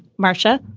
marcia,